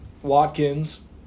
Watkins